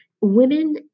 women